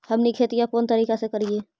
हमनी खेतीया कोन तरीका से करीय?